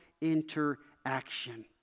interaction